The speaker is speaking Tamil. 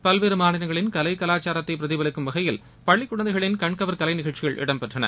பல்வேறு மாநிலங்களின் கலை கலாச்சாரத்தை பிரதிபலிக்கும் வகையில் பள்ளிக்குழந்தைகளின் கண்கவர் கலை நிகழ்ச்சிகள் நடைபெற்றன